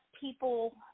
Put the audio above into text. people